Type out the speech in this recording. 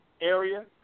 area